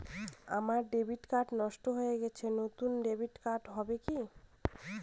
আমার debit card নষ্ট হয়ে গেছে নূতন ডেবিট কার্ড হবে কি?